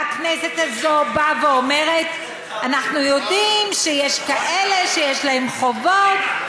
והכנסת הזאת אומרת: אנחנו יודעים שיש כאלה שיש להם חובות,